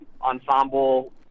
Ensemble